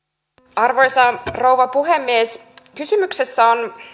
arvoisa rouva puhemies kysymyksessä on